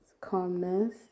calmness